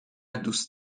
دوست